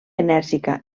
enèrgica